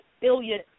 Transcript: billion